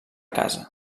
casa